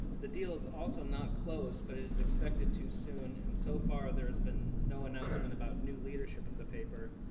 the deal is also not closed but it is expected to soon and so far, there has been no announcement about new leadership of the paper,